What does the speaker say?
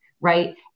right